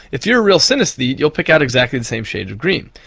if you're a real synesthete you'll pick out exactly the same shade of green.